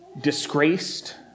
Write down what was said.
disgraced